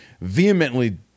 vehemently